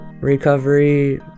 recovery